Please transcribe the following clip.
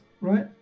right